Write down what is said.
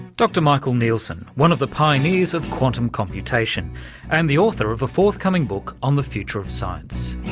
dr michael neilsen, one of the pioneers of quantum computation and the author of a forthcoming book on the future of science.